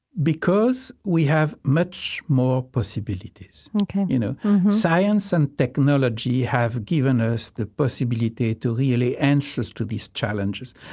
because we have much more possibilities ok you know science and technology have given us the possibility to really answer to these challenges.